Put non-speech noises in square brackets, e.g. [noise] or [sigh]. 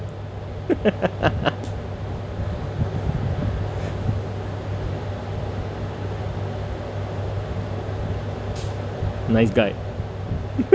[laughs] nice guy [laughs]